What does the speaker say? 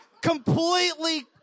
completely